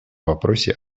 вопросе